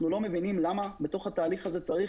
אנחנו לא מבינים למה בתוך התהליך הזה צריך